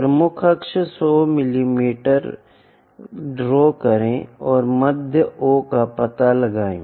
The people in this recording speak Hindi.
प्रमुख अक्ष AB 100 मिमी ड्रा करें और मध्य O का पता लगाएं